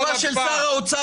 זו התשובה של שר האוצר.